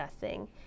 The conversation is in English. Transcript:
discussing